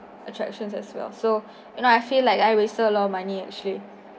attractions as well so and I feel like I wasted a lot of money actually